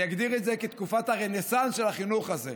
אני אגדיר את זה כתקופת הרנסנס של החינוך הזה,